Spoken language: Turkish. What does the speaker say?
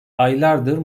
aylardır